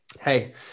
Hey